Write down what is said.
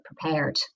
prepared